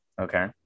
Okay